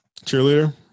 cheerleader